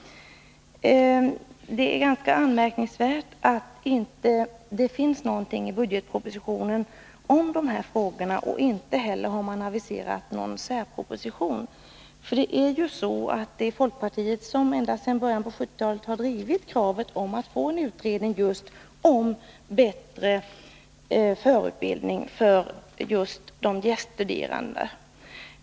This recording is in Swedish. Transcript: Det är ganska anmärkningsvärt att det inte finns någonting i budgetpropositionen om dessa frågor. Inte heller har regeringen aviserat någon särproposition. Det är ju folkpartiet som ända sedan början av 1970-talet har drivit kravet på att få en utredning om bättre förutbildning för just de gäststuderande.